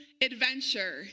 adventure